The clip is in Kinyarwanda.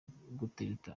gutereta